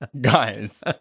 Guys